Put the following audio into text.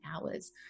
hours